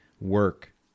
work